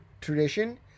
tradition